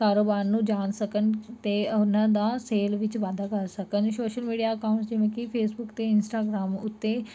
ਕਾਰੋਬਾਰ ਨੂੰ ਜਾਣ ਸਕਣ ਤੇ ਉਹਨਾਂ ਦਾ ਸੇਲ ਵਿੱਚ ਵਾਧਾ ਕਰ ਸਕਣ ਸੋਸ਼ਲ ਮੀਡੀਆ ਅਕਾਊਂਟ ਜਿਵੇਂ ਕੀ ਫੇਸਬੁਕ ਅਤੇ ਇੰਸਟਾਗ੍ਰਾਮ ਉੱਤੇ